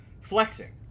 flexing